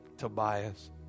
Tobias